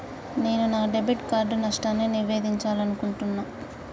నేను నా debit card నష్టాన్ని నివేదించాలనుకుంటున్నా